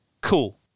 cool